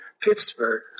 Pittsburgh